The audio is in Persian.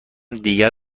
دیگر